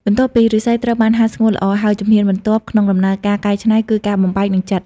បន្ទាប់ពីឫស្សីត្រូវបានហាលស្ងួតល្អហើយ ជំហានបន្ទាប់ក្នុងដំណើរការកែច្នៃគឺការបំបែក និងចិត។